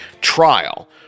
trial